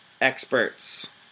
experts